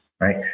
right